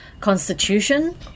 constitution